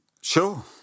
sure